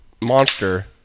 monster